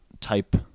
type